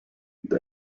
the